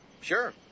Sure